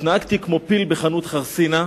התנהגתי כמו פיל בחנות חרסינה.